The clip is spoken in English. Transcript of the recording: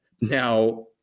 Now